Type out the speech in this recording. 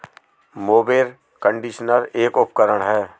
mower conditioner एक उपकरण है